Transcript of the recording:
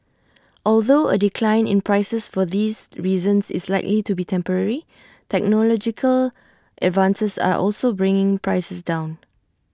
although A decline in prices for these reasons is likely to be temporary technological advances are also bringing prices down